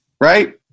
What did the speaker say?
right